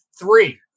Three